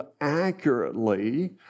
accurately